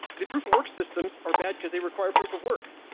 the proof of work systems are bad because they require proof of work.